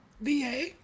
VA